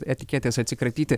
etiketės atsikratyti